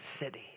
city